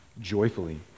joyfully